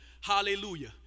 hallelujah